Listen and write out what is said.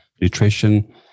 nutrition